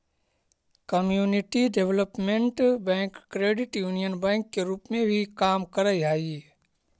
community development bank credit union bank के रूप में भी काम करऽ हइ